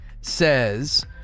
says